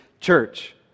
Church